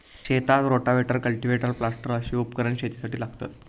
शेतात rotavator, cultivator, planter अशी उपकरणा शेतीसाठी लागतत